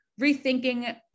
rethinking